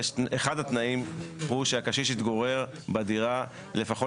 אחד התנאים הוא שהקשיש התגורר בדירה לפחות